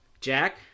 Jack